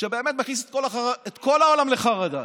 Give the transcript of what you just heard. שבאמת מכניס את העולם לחרדה,